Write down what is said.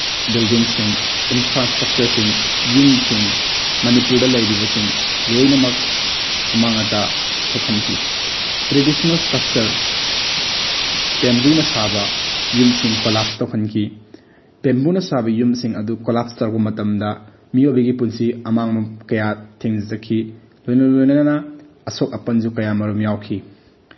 ꯕꯤꯜꯗꯤꯡꯁꯤꯡ ꯏꯟꯐ꯭ꯔꯥꯏꯁꯇ꯭ꯔꯛꯆꯔꯁꯤꯡ ꯌꯨꯝꯁꯤꯡ ꯃꯅꯤꯄꯨꯔꯗ ꯂꯩꯔꯤꯕꯁꯤꯡ ꯂꯣꯏꯅꯃꯛ ꯑꯃꯥꯡ ꯑꯇꯥ ꯊꯣꯛꯍꯟꯈꯤ ꯇ꯭ꯔꯦꯗꯤꯁꯅꯦꯜ ꯏꯁꯇ꯭ꯔꯛꯆꯔ ꯕꯦꯝꯕꯨꯅ ꯁꯥꯕ ꯌꯨꯝꯁꯤꯡ ꯀꯣꯂꯥꯞꯁ ꯇꯧꯍꯟꯈꯤ ꯕꯦꯝꯕꯨꯅ ꯁꯥꯕ ꯌꯨꯝꯁꯤꯡ ꯑꯗꯨ ꯀꯣꯂꯥꯞꯁ ꯇꯧꯔꯛꯄ ꯃꯇꯝꯗ ꯃꯤꯑꯣꯏꯕꯒꯤ ꯄꯨꯟꯁꯤ ꯑꯃꯥꯡꯕ ꯀꯌꯥ ꯊꯦꯡꯅꯖꯈꯤ ꯂꯣꯏꯅ ꯂꯣꯏꯅꯅ ꯑꯁꯣꯛ ꯑꯄꯟꯁꯨ ꯀꯌꯥꯃꯔꯨꯝ ꯌꯥꯎꯈꯤ